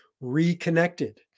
reconnected